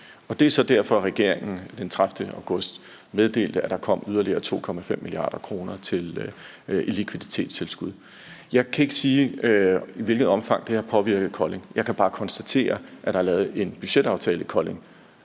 Det er så derfor, regeringen den 30. august meddelte, at der kom yderligere 2,5 mia. kr. i likviditetstilskud. Jeg kan ikke sige, i hvilket omfang det har påvirket Kolding. Jeg kan bare konstatere, at der er lavet en budgetaftale i Kolding,